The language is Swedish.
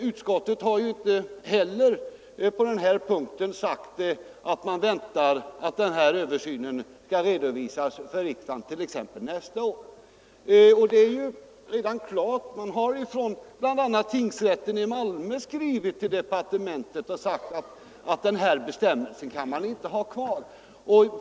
Utskottet har inte heller sagt att det väntar sig att resultatet av en sådan översyn skall redovisas för riksdagen t.ex. under nästa år. Jag vill peka på att tingsrätten i Malmö skrivit att denna bestämmelse inte kan bibehållas.